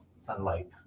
sunlight